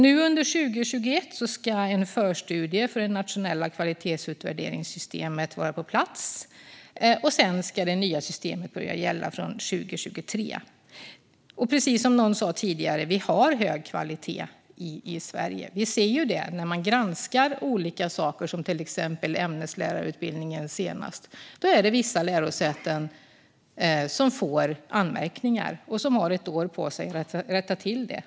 Nu under 2021 ska en förstudie för det nationella kvalitetsutvärderingssystemet vara på plats, och det nya systemet ska börja gälla från 2023. Precis som någon sa tidigare har vi hög kvalitet i Sverige. När man granskar olika saker, till exempel ämneslärarutbildningen senast, är det vissa lärosäten som får anmärkningar och som då har ett år på sig att rätta till det.